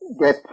get